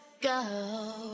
go